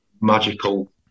magical